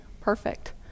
perfect